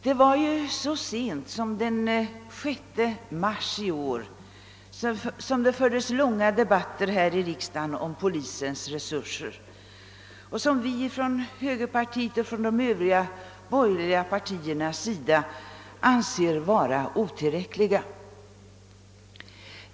Det var ju så sent som den 6 mars i år som det fördes långa debatter här i riksdagen om polisens resurser vilka vi från högerpartiets och från de övriga borgerliga partiernas sida anser vara otillräckliga.